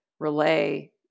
relay